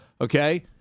Okay